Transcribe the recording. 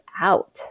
out